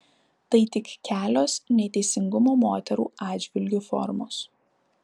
tai tik kelios neteisingumo moterų atžvilgiu formos